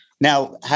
now